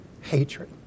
hatred